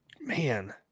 Man